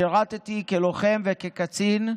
שירתִּי כלוחם וכקצין,